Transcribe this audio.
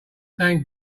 thank